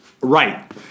Right